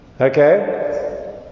Okay